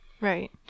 Right